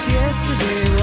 yesterday